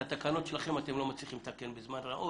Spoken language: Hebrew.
את התקנות שלכם אתם לא מצליחים לתקן בזמן ראוי,